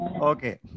Okay